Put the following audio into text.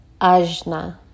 Ajna